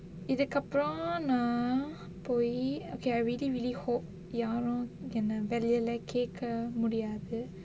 இதுக்கு அப்புறம் நா போய்:ithukku appuram naa poi okay I really really hope யாரும் என்ன வெளியில கேக்க முடியாது:yaarum enna veliyila kekka mudiyaathu